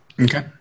Okay